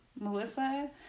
Melissa